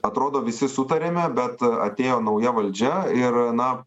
atrodo visi sutarėme bet atėjo nauja valdžia ir na